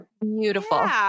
beautiful